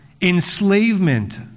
enslavement